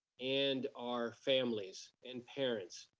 and our families and parents,